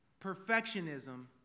perfectionism